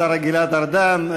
תודה לשר גלעד ארדן.